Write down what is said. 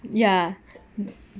ya